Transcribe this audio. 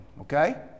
okay